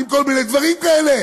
עם כל מיני דברים כאלה?